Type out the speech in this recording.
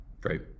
Great